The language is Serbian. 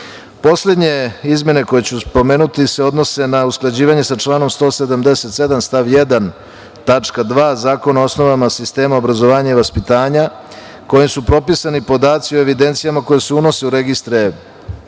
izmene koje ću spomenuti se odnose na usklađivanje sa članom 177. stav 1. tačka 2. Zakona o osnovama sistema obrazovanje i vaspitanja kojim su propisani podaci u evidencijama koje se unose u registre